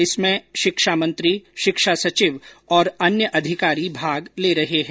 इसमें शिक्षा मंत्री शिक्षा सचिव और अन्य अधिकारी भाग ले रहे हैं